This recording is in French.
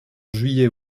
juillet